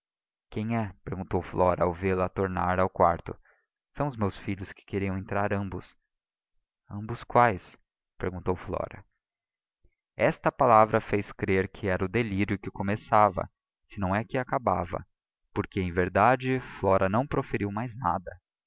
quem é perguntou flora ao vê-la tornar ao quarto são os meus filhos que queriam entrar ambos ambos quais perguntou flora esta palavra fez crer que era o delírio que começava se não é que acabava porque em verdade flora não proferiu mais nada